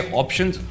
options